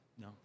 No